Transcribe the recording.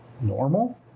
normal